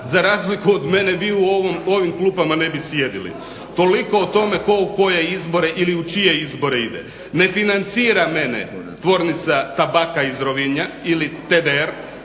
za razliku od mene vi u ovim klupama ne bi sjedili. Toliko o tome ko u koje izbore ili u čije izbore ide. Ne financira mene Tvornica Tabaka iz Rovinja ili TDR,